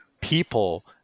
people